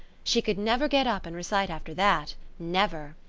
she could never get up and recite after that never.